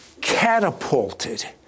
catapulted